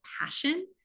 passion